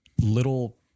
little